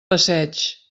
passeig